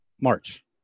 March